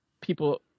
people